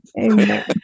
Amen